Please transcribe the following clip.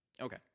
Okay